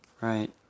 Right